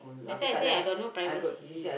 that's why I say I got no privacy